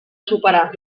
superar